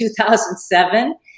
2007